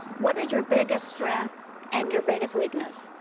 what is your biggest strength and your biggest weakness?